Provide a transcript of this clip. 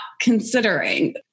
considering